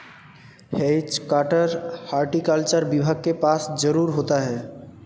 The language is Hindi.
हैज कटर हॉर्टिकल्चर विभाग के पास जरूर होता है